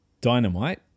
Dynamite